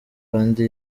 paddy